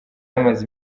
amaze